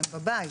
הם בבית.